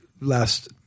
last